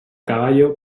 caballo